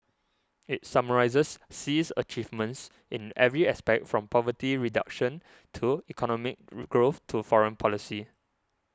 it summarises Xi's achievements in every aspect from poverty reduction to economic growth to foreign policy